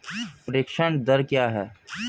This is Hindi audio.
प्रेषण दर क्या है?